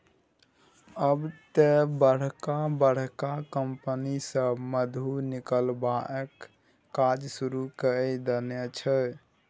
आब तए बड़का बड़का कंपनी सभ मधु निकलबाक काज शुरू कए देने छै